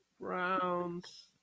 Browns